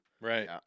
Right